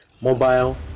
Mobile